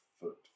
foot